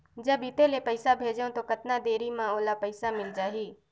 जब इत्ते ले पइसा भेजवं तो कतना देरी मे ओला पइसा मिल जाही?